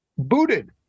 booted